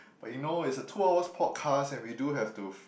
but you know it's a two hours podcast and we do have to